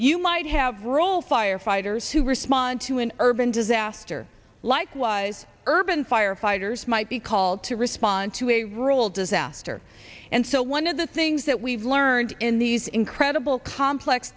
you might have role firefighters who respond to an urban disaster likewise urban firefighters might be called to respond to a rural disaster and so one of the things that we've learned in these incredible complex